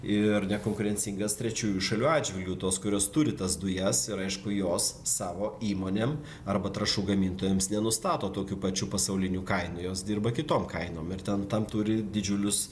ir nekonkurencingas trečiųjų šalių atžvilgiu tos kurios turi tas dujas ir aišku jos savo įmonėm arba trąšų gamintojams nenustato tokių pačių pasaulinių kainų jos dirba kitom kainom ir ten tam turi didžiulius